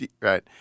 Right